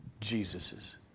Jesus's